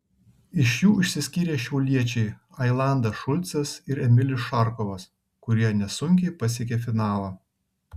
iš jų išsiskyrė šiauliečiai ailandas šulcas ir emilis šarkovas kurie nesunkiai pasiekė finalą